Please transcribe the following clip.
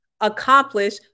accomplish